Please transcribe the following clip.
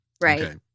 Right